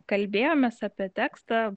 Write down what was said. kalbėjomės apie tekstą